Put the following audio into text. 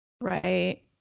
Right